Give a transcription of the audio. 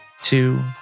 two